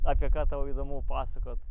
apie ką tau įdomu pasakot